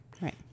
Right